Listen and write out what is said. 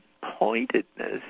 pointedness